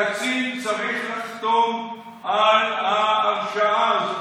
קצין צריך לחתום על ההרשאה הזאת,